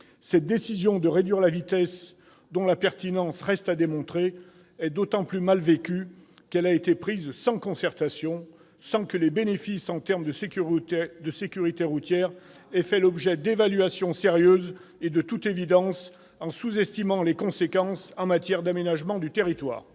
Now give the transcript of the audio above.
cette décision de réduire la vitesse, dont la pertinence reste à démontrer, est d'autant plus mal vécue qu'elle a été prise sans concertation, ... Exactement ! C'est bizarre !... sans que les bénéfices en termes de sécurité routière aient fait l'objet d'évaluations sérieuses et, de toute évidence, en sous-estimant les conséquences en matière d'aménagement du territoire.